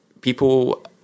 people